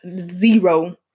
Zero